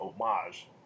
homage